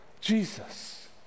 Jesus